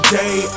day